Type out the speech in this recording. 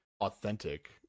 authentic